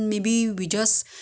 a quite nice soup